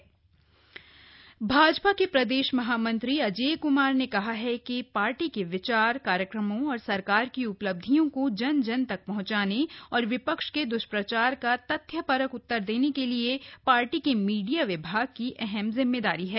भाजपा बैठक भाजपा के प्रदेश महामंत्री अजेय क्मार ने कहा है कि पार्टी के विचार कार्यक्रमों और सरकार की उपलब्धियों को जन जन तक पहंचाने और विपक्ष के दुष्प्रचार का तथ्यपरक उत्तर देने के लिए पार्टी के मीडिया विभाग की अहम जिम्मेदारी है